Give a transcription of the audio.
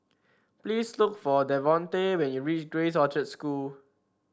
please look for Davonte when you reach Grace Orchard School